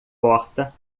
porta